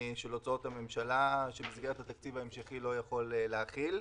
של הוצאות הממשלה שמסגרת התקציב ההמשכי לא יכול להכיל.